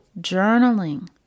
journaling